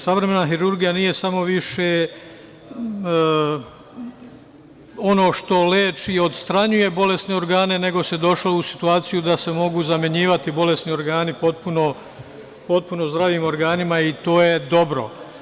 Savremena hirurgija nije samo više ono što leči i odstranjuje bolesne organe, nego se došlo u situaciju da se mogu zamenjivati bolesni organi potpuno zdravim organima i to je dobro.